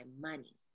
money